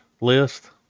list